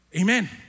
Amen